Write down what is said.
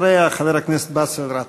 אחריה, חבר הכנסת באסל גטאס.